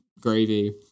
gravy